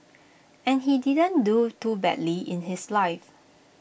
and he didn't do too badly in his life